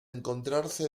encontrarse